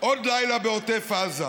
עוד לילה בעוטף עזה.